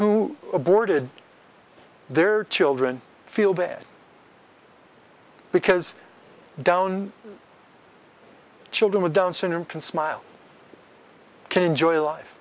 who aborted their children feel bad because down children with down syndrome can smile can enjoy life